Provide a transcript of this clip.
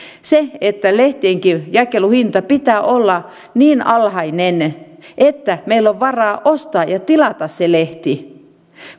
ja että lehtienkin jakeluhinnan pitää olla niin alhainen että meillä on varaa ostaa ja tilata se lehti